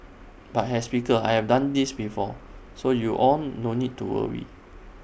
but as speaker I've done this before so you all no need to worry